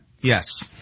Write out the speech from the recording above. Yes